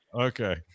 Okay